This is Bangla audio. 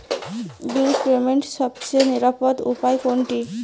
বিল পেমেন্টের সবচেয়ে নিরাপদ উপায় কোনটি?